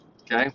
Okay